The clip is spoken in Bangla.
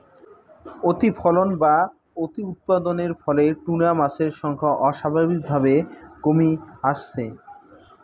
অতিফলন বা অতিউৎপাদনের ফলে টুনা মাছের সংখ্যা অস্বাভাবিকভাবে কমি আসছে